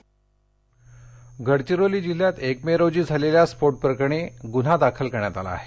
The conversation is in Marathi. गडचिरोली गडचिरोली जिल्ह्यात एक मे रोजी झालेल्या स्फोट प्रकरणी गुन्हा दाखल करण्यात आला आहे